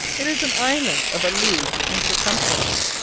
it is an island of a league in circumference,